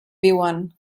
viuen